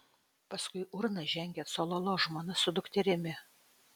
paskui urną žengė cololo žmona su dukterimi